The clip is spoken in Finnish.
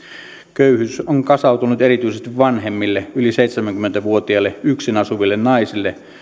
köyhyys on kasautunut erityisesti vanhemmille yli seitsemänkymmentä vuotiaille yksin asuville naisille